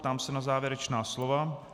Ptám se na závěrečná slova.